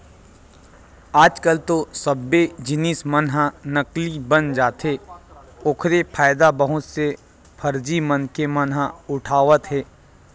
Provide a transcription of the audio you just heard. आज कल तो सब्बे जिनिस मन ह नकली बन जाथे ओखरे फायदा बहुत से फरजी मनखे मन ह उठावत हे